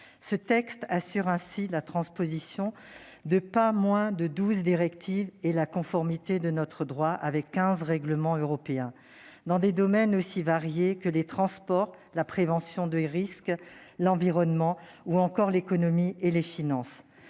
Ce texte assure ainsi la transposition de pas moins de douze directives et la mise en conformité de notre droit avec quinze règlements européens, dans des domaines aussi variés que les transports, la prévention des risques, l'environnement, ou encore l'économie et les finances.